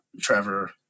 Trevor